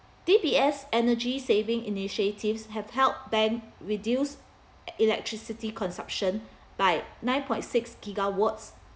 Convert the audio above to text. D_B_S energy saving initiatives have helped bank reduce ec~ electricity consumption by nine point six gigawatts